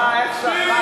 אה, איך שכחנו.